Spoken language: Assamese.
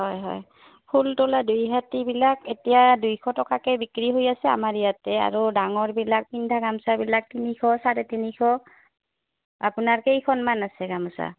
হয় হয় ফুল তুলা দুইহাটীবিলাক এতিয়া দুইশ টকাকে বিক্ৰী হৈ আছে আমাৰ ইয়াতে আৰু ডাঙৰবিলাক পিন্ধা গামোচাবিলাক তিনিশ চাৰে তিনিশ আপোনাৰ কেইখনমান আছে গামোচা